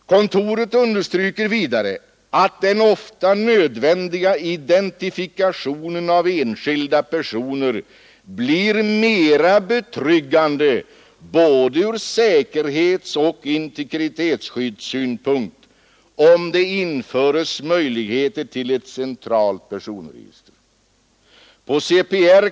Kontoret understryker vidare att ”den ofta nödvändiga identifikationen av enskilda personer blir mera betryggande både ur säkerhetsoch integritetsskyddssynpunkt om möjlighet finns att utnyttja ett centralt personregister. Bl.